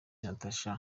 natacha